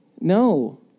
no